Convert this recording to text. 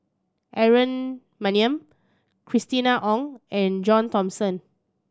Aaron Maniam Christina Ong and John Thomson